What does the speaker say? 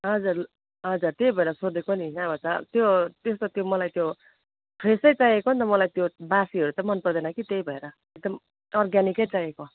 हजुर हजुर त्यही भएर सोधेको नि नभए त त्यो त्यस्तो त्यो मलाई त्यो फ्रेसै चाहिएको नि त मलाई त्यो बासीहरू त मनपर्दैन कि त्यही भएर एकदम अर्ग्यानिकै चाहिएको